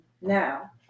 now